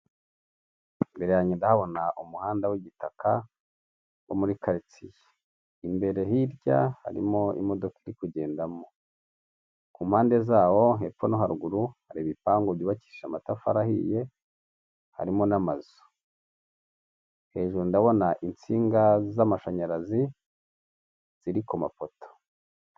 Imbere yanjye ndahabona umuhanda w'igitaka wo muri karitsiye, imbere hirya harimo imodoka iri kugendamo, ku mpande zawo hepfo no haruguru hari ibipangu byubakisha amatafari ahiye harimo n'amazu, hejuru ndabona insinga z'amashanyarazi ziri ku mapoto.